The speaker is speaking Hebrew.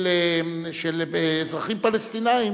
של אזרחים פלסטינים,